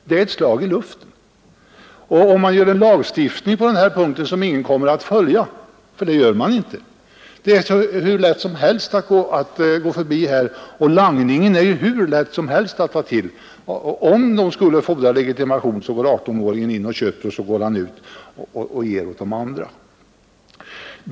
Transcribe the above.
Det är ett slag i luften om man på den här punkten stiftar en lag som ingen kommer att följa — för det gör man inte. Det är hur lätt som helst att gå förbi, och det är hur lätt som helst att ta till langning. Om det skulle fordras legitimation så går 18-åringen in och köper, och så går han ut och ger åt de andra.